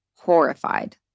horrified